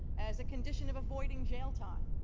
as a condition of avoiding jail time,